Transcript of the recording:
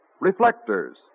Reflectors